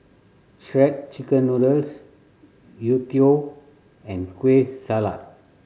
Shredded Chicken Noodles youtiao and Kueh Salat